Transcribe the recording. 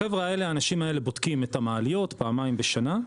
החבר'ה האלה בודקים את המעליות פעמיים בשנה,